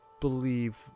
believe